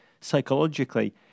psychologically